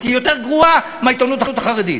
היא יותר גרועה מהעיתונות החרדית.